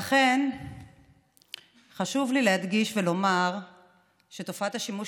לכן חשוב לי להדגיש ולומר שתופעת השימוש